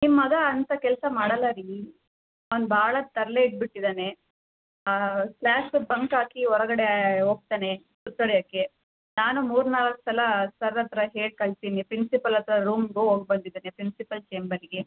ನಿಮ್ಮ ಮಗ ಅಂಥ ಕೆಲಸ ಮಾಡೋಲ್ಲ ರೀ ಅವ್ನು ಭಾಳ ತರಲೆ ಇದ್ದುಬಿಟ್ಟಿದ್ದಾನೆ ಕ್ಲಾಸ ಬಂಕ್ ಹಾಕಿ ಹೊರಗಡೆ ಹೋಗ್ತಾನೆ ಸುತ್ತು ಹೊಡ್ಯೋಕ್ಕೆ ನಾನೂ ಮೂರ್ನಾಲ್ಕು ಸಲ ಸರ್ ಹತ್ತಿರ ಹೇಳಿ ಕಳಿಸೀನಿ ಪ್ರಿನ್ಸಿಪಲ್ ಹತ್ರ ರೂಮ್ಗೂ ಹೋಗ್ಬಂದಿದ್ದಾನೆ ಪ್ರಿನ್ಸಿಪಲ್ ಚೇಂಬರ್ಗೆ